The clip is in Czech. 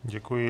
Děkuji.